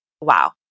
wow